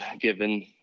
given